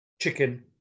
chicken